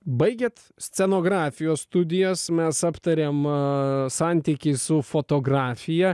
baigėt scenografijos studijas mes aptarėm aaa santykį su fotografija